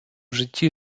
житті